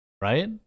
Right